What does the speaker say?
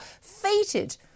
fated